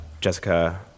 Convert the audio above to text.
Jessica